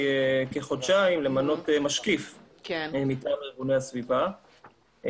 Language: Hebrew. כחודשיים למנות משקיף מטעם ארגוני הסביבה,